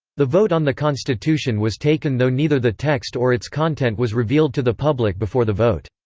the vote on the constitution was taken though neither the text or its content was revealed to the public before the vote.